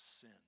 sin